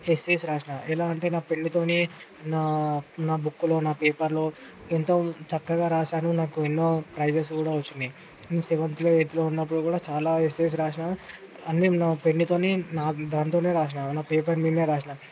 essays రాసిన ఎలా అంటే నా పెన్నుతోని నా నా బుక్కులో నా పేపర్లో ఎంతో చక్కగా రాశాను నాకు ఎన్నో ప్రైజెస్ కూడా వచ్చినయి నేను సెవెంత్లో ఎయిత్లో ఉన్నప్పుడు కూడా చాలా ఎస్సేస్ రాశాను అన్ని నా పెన్నుతోని నా దాంతోనే రాసినా నా పేపర్ మీదనే రాసిన